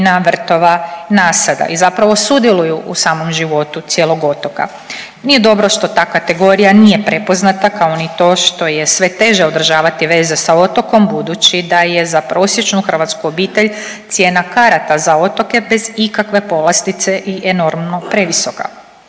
vrtova i nasada i zapravo sudjeluju u samom životu cijelog otoka. Nije dobro što ta kategorija nije prepoznata, kao ni to što je sve teže održavati veze sa otokom budući da je za prosječnu hrvatsku obitelj cijena karata za otoke bez ikakve povlastice i enormno previsoka.